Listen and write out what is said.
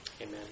Amen